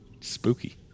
Spooky